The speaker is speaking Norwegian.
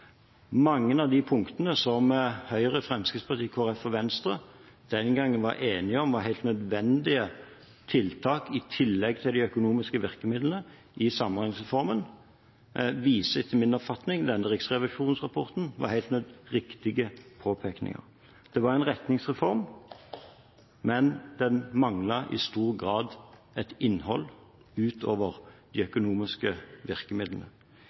Mange av de punktene som Høyre, Fremskrittspartiet, Kristelig Folkeparti og Venstre den gang var enige om var helt nødvendige tiltak i tillegg til de økonomiske virkemidlene i samhandlingsreformen, viser etter min oppfatning denne riksrevisjonsrapporten var helt riktige påpekninger. Det var en retningsreform, men den manglet i stor grad et innhold utover de økonomiske virkemidlene.